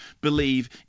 believe